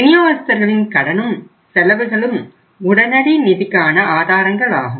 வினியோகஸ்தர்களின் கடனும் செலவுகளும் உடனடி நிதிக்கான ஆதாரங்களாகும்